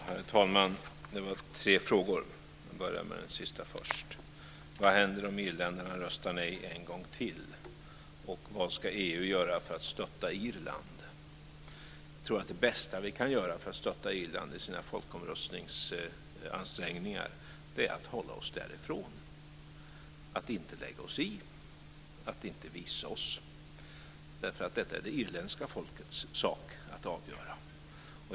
Herr talman! Det var tre frågor. Jag börjar med den sista: Vad händer om irländarna röstar nej en gång till, och vad ska EU göra för att stötta Irland? Jag tror att det bästa vi kan göra för att stötta Irland i dess folkomröstningsansträngningar är att hålla oss därifrån, inte lägga oss i, inte visa oss. Detta är det irländska folkets sak att avgöra.